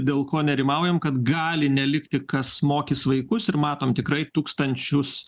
dėl ko nerimaujam kad gali nelikti kas mokys vaikus ir matom tikrai tūkstančius